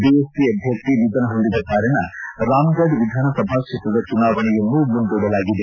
BSP ಅಭ್ಯರ್ಥಿ ನಿಧನರಾದ ಕಾರಣ ರಾಮ್ಫರ್ ವಿಧಾನಸಭಾ ಕ್ಷೇತ್ರದ ಚುನಾವಣೆಯನ್ನು ಮುಂದೂಡಲಾಗಿದೆ